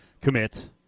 commit